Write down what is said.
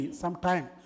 sometime